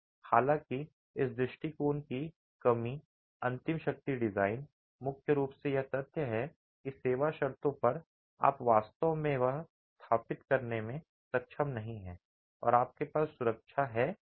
हालांकि इस दृष्टिकोण की कमी अंतिम शक्ति डिजाइन मुख्य रूप से यह तथ्य है कि सेवा शर्तों पर आप वास्तव में यह स्थापित करने में सक्षम नहीं हैं कि आपके पास सुरक्षा है या नहीं